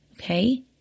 Okay